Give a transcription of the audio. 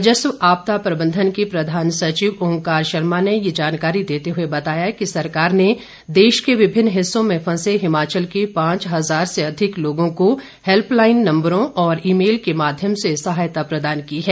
राजस्व आपदा प्रबंधन के प्रधान सचिव ओंकार शर्मा ने यह जानकारी देते हुए बताया कि सरकार ने देश के विभिन्न हिस्सों में फंसे हिमाचल के पांच हजार से अधिक लोगों को हेल्पलाइन नंबरों और ई मेल के माध्यम से सहायता प्रदान की है